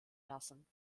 lassen